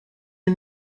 you